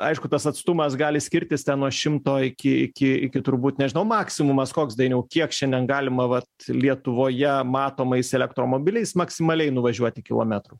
aišku tas atstumas gali skirtis nuo šimto iki iki iki turbūt nežinau maksimumas koks dainiau kiek šiandien galima vat lietuvoje matomais elektromobiliais maksimaliai nuvažiuoti kilometrų